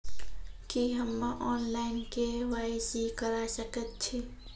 की हम्मे online, KYC करा सकैत छी?